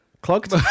Clogged